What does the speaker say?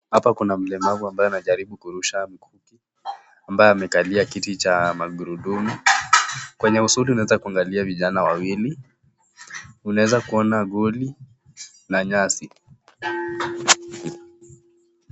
Hapa kuna mlemavu ambaye anajaribu kurusha mkuki ambaye amekalia kiti cha magurudumu. Kwenye usuli unaweza kuangalia vijana wawili. Unaweza kuona goli na nyasi.